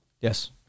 Yes